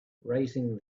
raising